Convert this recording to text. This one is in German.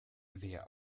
wer